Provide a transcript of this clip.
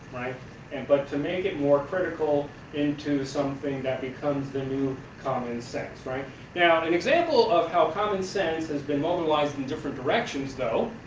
and but to make it more critical into something that becomes the new common sense. now, yeah an example of how common sense has been mobilized in different directions though,